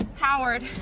Howard